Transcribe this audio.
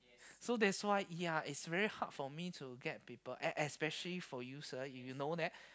so that's why ya it's very hard for me to get people es~ especially for you sir if you know that